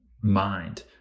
mind